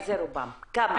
כמה?